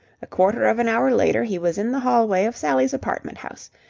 a quarter of an hour later he was in the hall-way of sally's apartment house,